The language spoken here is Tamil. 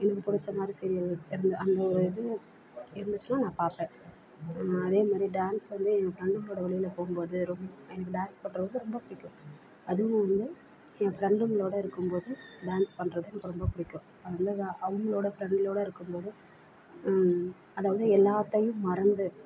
எனக்கு பிடிச்ச மாதிரி சீரியல் இது அந்த ஒரு இது இருந்துச்சுனால் நான் பார்ப்பேன் அதே மாரி டான்ஸ் வந்து என் ஃப்ரெண்டுங்களோடு வெளியில் போகும்போது ரொம்ப எனக்கு டான்ஸ் பண்ணுறது ரொம்ப பிடிக்கும் அதுவும் வந்து என் ஃப்ரெண்டுங்களோடு இருக்கும் போது டான்ஸ் பண்ணுறது எனக்கு ரொம்ப பிடிக்கும் அவ்வளோதா அவங்களோட ஃப்ரெண்டுங்களோடு இருக்கும்போது அதாவது எல்லாத்தையும் மறந்து